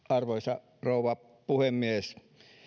arvoisa rouva puhemies